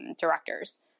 directors